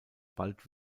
bald